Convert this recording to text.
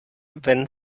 ven